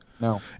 No